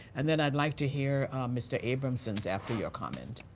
and then i would like to hear mr. abramson's after your comment.